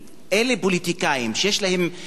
אלה פוליטיקאים שיש להם עמדות.